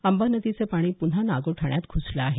अंबा नदीचं पाणी पुन्हा नागोठण्यात घुसलं आहे